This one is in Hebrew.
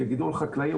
כגידול חקלאי,